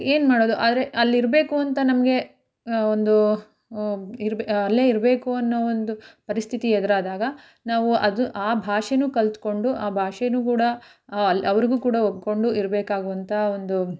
ಏನು ಮಾಡೋದು ಆದರೆ ಅಲ್ಲಿರಬೇಕು ಅಂತ ನಮಗೆ ಒಂದು ಇರ್ಬೆ ಅಲ್ಲೇ ಇರಬೇಕು ಅನ್ನೋ ಒಂದು ಪರಿಸ್ಥಿತಿ ಎದುರಾದಾಗ ನಾವು ಅದು ಆ ಭಾಷೆಯೂ ಕಲಿತ್ಕೊಂಡು ಆ ಭಾಷೆಯೂ ಕೂಡ ಅಲ್ಲಿ ಅವ್ರಿಗೂ ಕೂಡ ಒಗ್ಗಿಕೊಂಡು ಇರಬೇಕಾಗುವಂಥ ಒಂದು